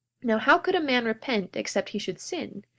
now, how could a man repent except he should sin?